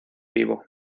vivo